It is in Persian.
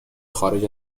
خارج